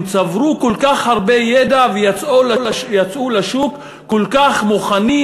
הם צברו כל כך הרבה ידע ויצאו לשוק כל כך מוכנים,